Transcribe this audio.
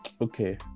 okay